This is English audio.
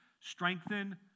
strengthen